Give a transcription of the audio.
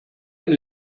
and